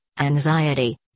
anxiety